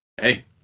Hey